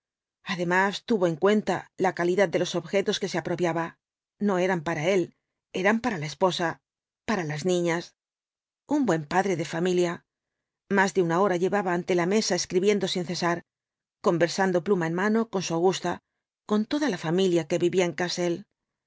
además tuvo en cuenta la calidad de los objetos que se apropiaba no eran para él eran para la esposa para las niñas un buen padre de familia más de una hora llevaba ante la mesa escribiendo sin cesar conversando pluma en mano con su augusta con toda la familia que vivía en cassel